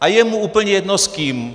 a je mu úplně jedno s kým.